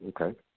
okay